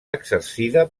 exercida